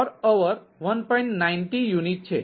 90 unit છે